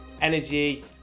energy